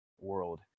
world